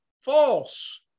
false